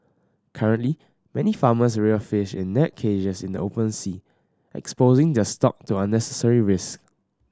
currently many farmers rear fish in net cages in the open sea exposing their stock to unnecessary risk